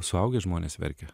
suaugę žmonės verkia